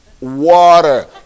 Water